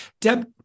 Deb